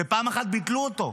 ופעם אחת ביטלו אותו.